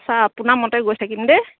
sir আপোনাৰ মতে গৈ থাকিম দেই